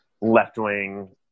left-wing